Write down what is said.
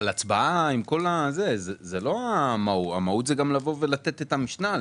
אבל הצבעה היא לא המהות; המהות היא גם לבוא ולתת את המשנה,